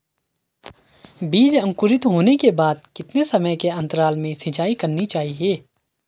बीज अंकुरित होने के बाद कितने समय के अंतराल में सिंचाई करनी चाहिए?